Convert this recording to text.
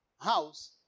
house